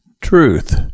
truth